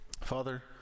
Father